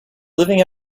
living